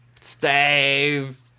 Stave